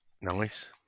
Nice